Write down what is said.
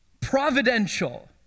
providential